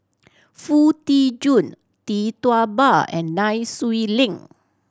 Foo Tee Jun Tee Tua Ba and Nai Swee Leng